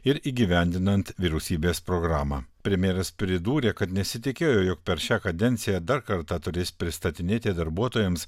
ir įgyvendinant vyriausybės programą premjeras pridūrė kad nesitikėjo jog per šią kadenciją dar kartą turės pristatinėti darbuotojams